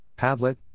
Padlet